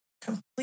complete